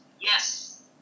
Yes